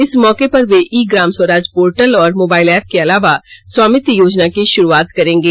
इस मौके पर वे ई ग्रामस्वराज्य पोर्टल और मोबाइल एप के अलावा स्वामित्व योजना की शुरुआत करेंगे